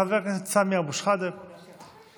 חבר הכנסת סמי אבו שחאדה, בבקשה.